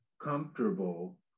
comfortable